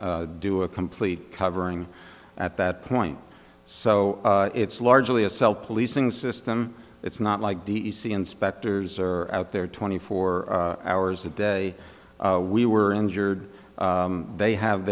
not do a complete covering at that point so it's largely a self policing system it's not like d e c inspectors are out there twenty four hours a day we were injured they have